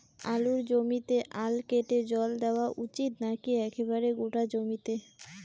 আলুর জমিতে আল কেটে জল দেওয়া উচিৎ নাকি একেবারে গোটা জমিতে?